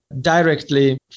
directly